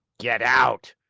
get out!